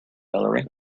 hillary